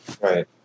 Right